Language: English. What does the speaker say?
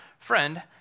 Friend